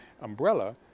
umbrella